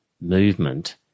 movement